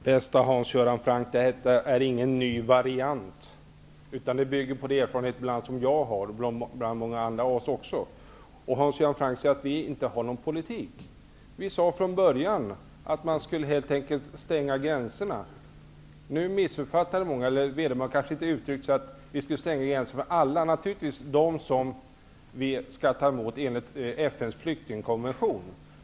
Herr talman! Bäste Hans Göran Franck: Detta är ingen ny variant utan bygger på de erfarenheter som jag och många andra också har. Hans Göran Franck säger att vi inte har någon politik. Vi sade från början att vi helt enkelt skulle stänga gränserna. Nu missuppfattade många detta, eller kanske uttryckte vederbörande det så att vi skulle stänga gränserna för alla. Men vi skall naturligtvis ta emot de flyktingar som vi skall ta emot enligt FN:s flyktingkonvention.